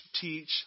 teach